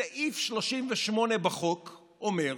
סעיף 49 בחוק אומר: